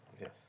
Yes